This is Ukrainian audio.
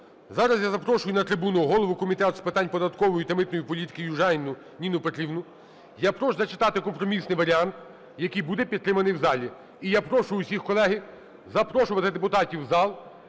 Зараз я запрошую на трибуну голову Комітету з питань податкової та митної політики Южаніну Ніну Петрівну. Я прошу зачитати компромісний варіант, який буде підтриманий в залі. І я прошу усіх, колеги, запрошувати депутатів в зал,